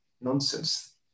nonsense